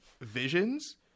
Visions